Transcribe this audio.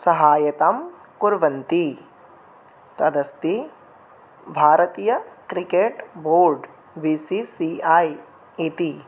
सहायतां कुर्वन्ति तदस्ति Bharatiya cricket board B C C I इति